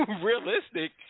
Realistic